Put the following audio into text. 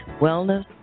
Wellness